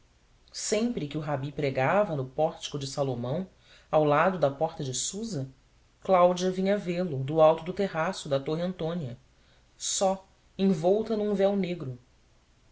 sempre que o rabi pregava no pórtico de salomão do lado da porta susa cláudia vinha vê-lo do alto do terraço da torre antônia só envolta num véu negro